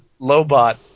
Lobot